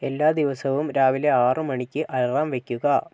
എല്ലാ ദിവസവും രാവിലെ ആറ് മണിക്ക് അലാറം വയ്ക്കുക